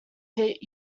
pit